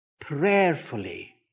prayerfully